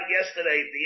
yesterday